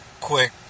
quick